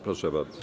Proszę bardzo.